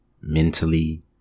mentally